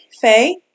Faye